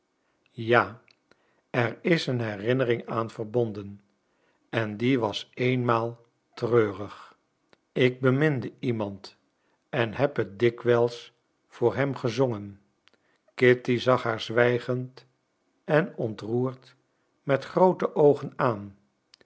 ja er is een herinnering aan verbonden en die was eenmaal treurig ik beminde iemand en heb het dikwijls voor hem gezongen kitty zag haar zwijgend en ontroerd met groote oogen aan